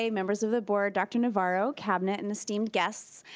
ah members of the board, dr. navarro, cabinet, and esteemed guests,